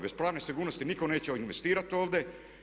Bez pravne sigurnosti nitko neće investirat ovdje.